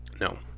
No